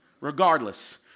Regardless